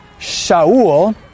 Shaul